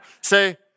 Say